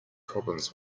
problems